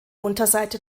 unterseite